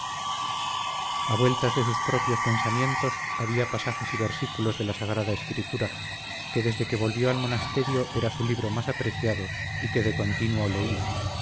a vueltas de sus propios pensamientos había pasajes y versículos de la sagrada escritura que desde que volvió al monasterio era su libro más apreciado y que de continuo leía